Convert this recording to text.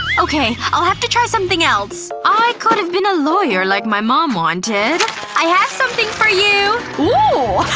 okay. i'll have to try something else i could have been a lawyer like my mom wanted i have something for you! oohhh!